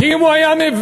כי אם הוא היה מבין,